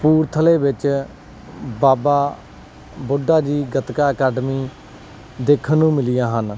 ਕਾਪੂਰਥਲੇ ਵਿੱਚ ਬਾਬਾ ਬੁੱਢਾ ਜੀ ਗਤਕਾ ਅਕੈਡਮੀ ਦੇਖਣ ਨੂੰ ਮਿਲੀਆਂ ਹਨ